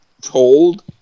told